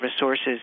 resources